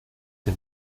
the